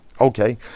Okay